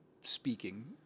speaking